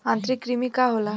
आंतरिक कृमि का होला?